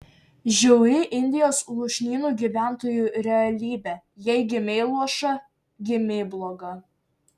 žiauri indijos lūšnynų gyventojų realybė jei gimei luoša gimei bloga